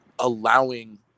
allowing